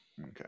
Okay